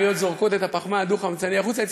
הריריות זורקות את הפחמן הדו-חמצני החוצה,